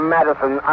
Madison